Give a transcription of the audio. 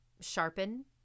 sharpen